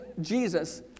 Jesus